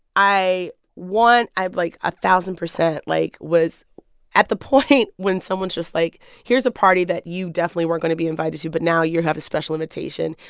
i want i, like, a thousand percent, like, was at the point when someone's just, like, here's a party that you definitely weren't going to be invited to. but now you have a special invitation.